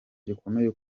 gikomeye